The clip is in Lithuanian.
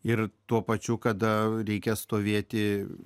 ir tuo pačiu kada reikia stovėti